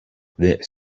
this